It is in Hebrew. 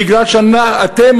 כי אתם,